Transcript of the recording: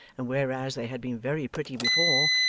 and whereas they had been very pretty before,